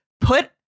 put